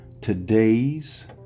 Today's